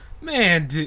man